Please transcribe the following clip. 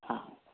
हा